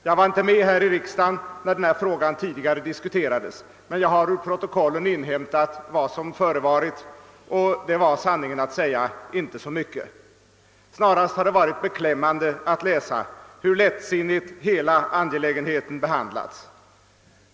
Jag var inte med här i riksdagen när denna fråga tidigare diskuterades, men jag har av protokollen inhämtat vad som förevarit, och det var — sanningen att säga — inte mycket. Snarast har det varit beklämmande att läsa hur lättsinnigt hela angelägenheten behandlats.